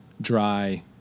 dry